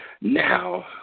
Now